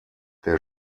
der